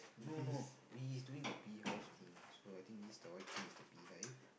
no no he's doing the beehive thing so I think the white thing is the beehive